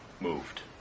moved